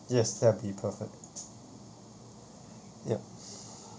yes that'll be perfect ya